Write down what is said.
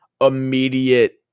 immediate